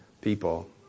people